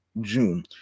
june